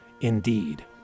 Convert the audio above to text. indeed